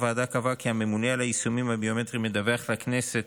הוועדה קבעה כי הממונה על היישומים הביומטריים ידווח לכנסת,